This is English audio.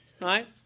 right